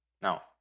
Now